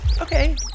Okay